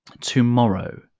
Tomorrow